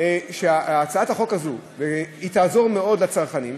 שהצעת החוק הזאת תעזור מאוד לצרכנים.